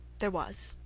there was.